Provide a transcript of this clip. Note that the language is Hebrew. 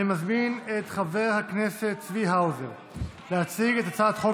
אני מזמין את חבר הכנסת צבי האוזר להציג את הצעת חוק